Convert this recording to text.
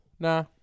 Nah